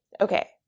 Okay